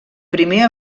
primer